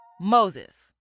Moses